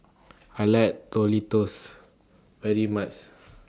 I like very much